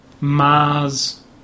Mars